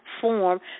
form